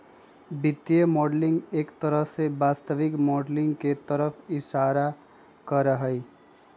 वित्तीय मॉडलिंग एक तरह से वास्तविक माडलिंग के तरफ इशारा करा हई